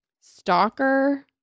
stalker